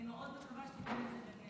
אני מאוד מקווה שתיתן לזה דגש.